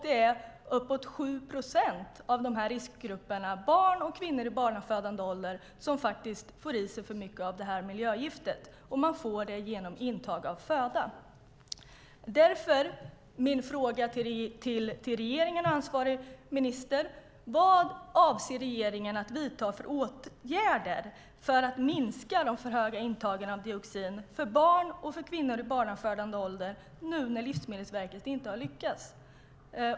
Det är uppemot 7 procent i dessa riskgrupper, barn och kvinnor i barnafödande ålder, som får i sig för mycket av detta miljögift genom intag av föda. Min fråga till regeringen och ansvarig minister är därför: Vad avser regeringen att vidta för åtgärder för att minska de för höga intagen av dioxin hos barn och kvinnor i barnafödande ålder nu när Livsmedelsverket inte har lyckats?